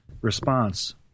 Response